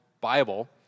Bible